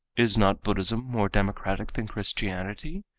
is not buddhism more democratic than christianity,